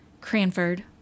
Cranford